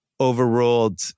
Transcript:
overruled